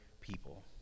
people